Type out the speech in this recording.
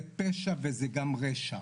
זה פשע וזה גם רשע.